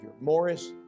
Morris